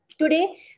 Today